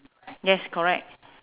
yes correct